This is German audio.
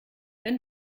wenn